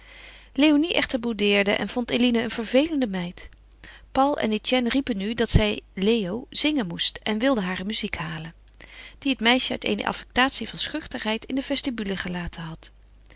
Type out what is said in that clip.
léonie echter boudeerde en vond eline een vervelende meid paul en etienne riepen nu dat zij léo zingen moest en wilden hare muziek halen die het meisje uit eene affectatie van schuchterheid in de vestibule gelaten had